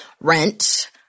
rent –